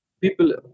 people